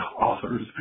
authors